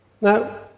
Now